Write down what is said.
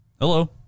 Hello